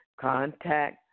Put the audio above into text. contact